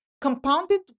compounded